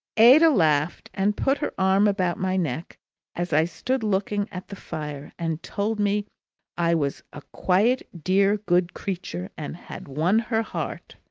ada laughed and put her arm about my neck as i stood looking at the fire, and told me i was a quiet, dear, good creature and had won her heart.